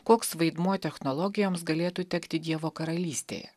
koks vaidmuo technologijoms galėtų tekti dievo karalystėje